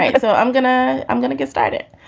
ah so i'm gonna i'm gonna get started